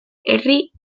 herri